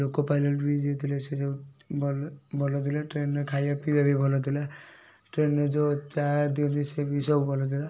ଲୋକୋ ପାଇଲଟ୍ ବି ଯିଏ ଥିଲେ ସେ ସବୁ ଭଲ ଭଲଥିଲେ ଟ୍ରେନ୍ରେ ଖାଇବା ପିଇବା ବି ଭଲଥିଲା ଟ୍ରେନ୍ରେ ଯେଉଁ ଚା ଦିଅନ୍ତି ସେ ବି ସବୁ ଭଲଥିଲା